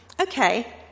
okay